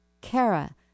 Kara